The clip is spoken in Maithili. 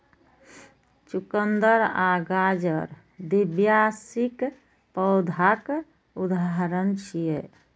चुकंदर आ गाजर द्विवार्षिक पौधाक उदाहरण छियै